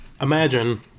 Imagine